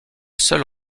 seul